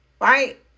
right